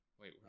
Wait